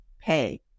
pay